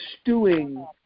stewing